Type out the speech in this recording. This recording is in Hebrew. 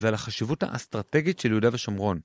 ועל החשיבות האסטרטגית של יהודה ושומרון.